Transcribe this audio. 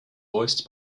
voiced